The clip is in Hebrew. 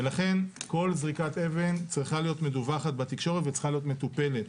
ולכן כל זריקת אבן צריכה להיות מדווחת בתקשורת וצריכה להיות מטופלת.